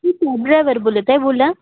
मी cab driver बोलत आहे बोला